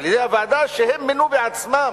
על-ידי הוועדה שהם מינו בעצמם.